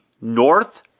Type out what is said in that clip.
North